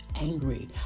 angry